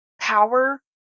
power